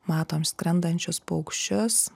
matom skrendančius paukščius